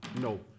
no